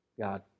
God